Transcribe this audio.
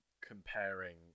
comparing